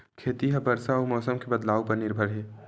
खेती हा बरसा अउ मौसम के बदलाव उपर निर्भर हे